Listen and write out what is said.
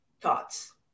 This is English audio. thoughts